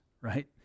right